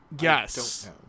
Yes